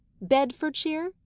bedfordshire